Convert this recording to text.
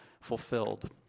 fulfilled